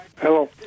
Hello